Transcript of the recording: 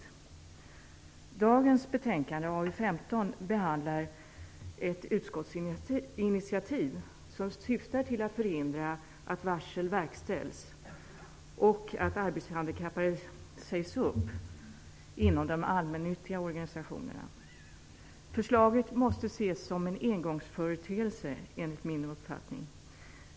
I dagens betänkande, 1995/96:A15, behandlas ett utskottsinitiativ som syftar till att förhindra att varsel verkställs och att arbetshandikappade sägs upp inom de allmännyttiga organisationerna. Förslaget måste, enligt min uppfattning, ses som en engångsföreteelse.